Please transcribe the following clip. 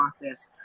process